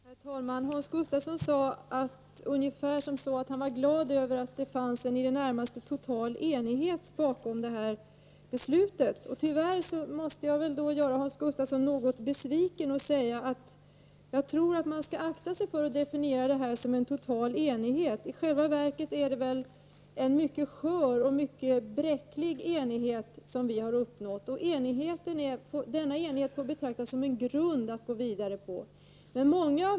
Herr talman! Hans Gustafsson sade sig vara glad över att det fanns en i det närmaste total enighet bakom utskottsbetänkandet. Tyvärr måste jag göra honom något besviken och säga att man nog skall akta sig för att definiera utskottets ställningstagande som totalt enigt. I själva verket har vi uppnått en mycket skör och bräcklig enighet i utskottet. Denna enighet får betraktas som en grund utifrån vilken vi skall arbeta vidare.